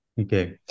Okay